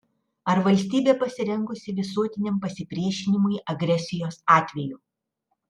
ar valstybė pasirengusi visuotiniam pasipriešinimui agresijos atveju